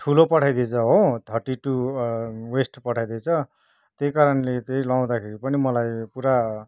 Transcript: ठुलो पठाइदिएछ हो थर्टी टू वेस्ट पठाइदिएछ त्यहीकारणले चाहिँ लाउँदाखेरि पनि मलाई पुरा